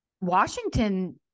Washington